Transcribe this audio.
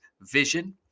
vision